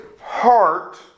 heart